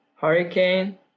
Hurricane